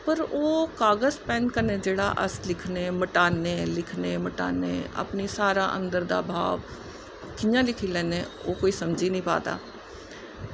पर ओह् कागज़ पैन कन्नै जेह्ड़ा अस लिखने मटाने लिखने मटाने अपनी सारा अन्दर दा भाव कि'यां लिखी लैने ओह् अस समझी निं पा दा